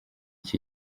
iki